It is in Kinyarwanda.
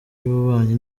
y’ububanyi